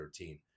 2013